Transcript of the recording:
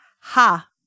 Ha